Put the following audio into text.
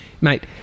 Mate